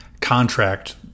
contract